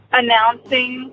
announcing